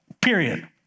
period